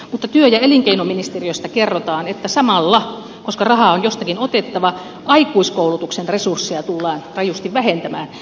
mutta työ ja elinkei noministeriöstä kerrotaan että samalla koska rahaa on jostakin otettava aikuiskoulutuksen resursseja tullaan rajusti vähentämään